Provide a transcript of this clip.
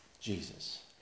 Jesus